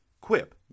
Quip